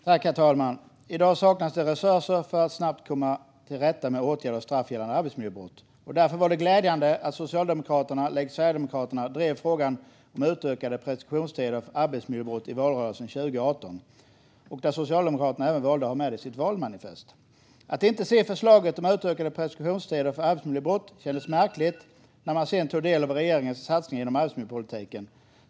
Herr talman! I dag saknas resurser för att snabbt komma till rätta med åtgärder och straff gällande arbetsmiljöbrott. Därför var det glädjande att Socialdemokraterna likt Sverigedemokraterna drev frågan om utökade preskriptionstider för arbetsmiljöbrott i valrörelsen 2018. Socialdemokraterna valde även att ha med det i sitt valmanifest. När man sedan tog del av regeringens satsningar inom arbetsmiljöpolitiken kändes det därför märkligt att man inte kunde se förslaget om utökade preskriptionstider för arbetsmiljöbrott.